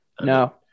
No